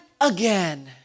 again